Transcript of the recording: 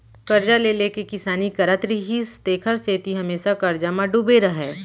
करजा ले ले के किसानी करत रिहिस तेखर सेती हमेसा करजा म डूबे रहय